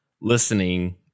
listening